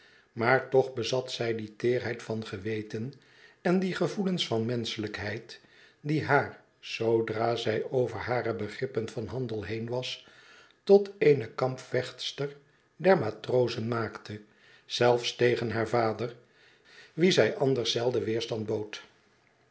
maar toch bezat zij die teerheid van geweten en die gevoelens van menschelijkheid die haar zoodra zij over hare begrippen van handel heen was tot eene kampvechtster der matrozen maakte zelfe tegen haar vader wien zij anders zelden weerstand bood